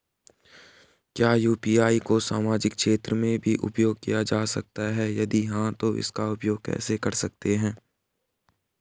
क्या यु.पी.आई को सामाजिक क्षेत्र में भी उपयोग किया जा सकता है यदि हाँ तो इसका उपयोग कैसे कर सकते हैं?